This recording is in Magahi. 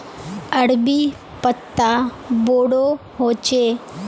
अरबी पत्ता बोडो होचे